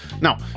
Now